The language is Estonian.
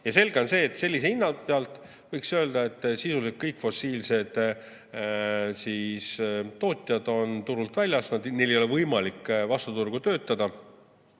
Ja selge on see, et sellise hinna pealt võiks öelda, et sisuliselt kõik fossiilse [kütuse] tootjad on turult välja astunud, neil ei ole võimalik vastuturgu töötada,